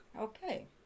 okay